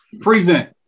prevent